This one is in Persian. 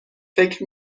فکر